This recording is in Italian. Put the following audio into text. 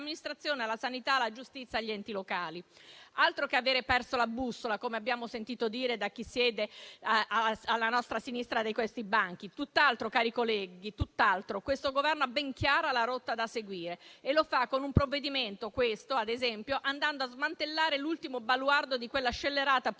amministrazione alla sanità, alla giustizia, agli enti locali. Altro che aver perso la bussola, come abbiamo sentito dire da chi siede alla sinistra di questi nostri banchi! Tutt'altro, cari colleghi, tutt'altro. Questo Governo ha ben chiara la rotta da seguire, e lo fa con un provvedimento come questo, ad esempio, andando a smantellare l'ultimo baluardo di quella scellerata politica